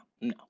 No